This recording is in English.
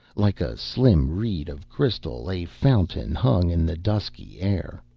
like a slim reed of crystal a fountain hung in the dusky air.